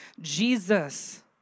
Jesus